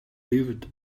lived